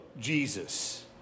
Jesus